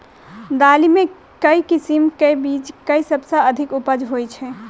दालि मे केँ किसिम केँ बीज केँ सबसँ अधिक उपज होए छै?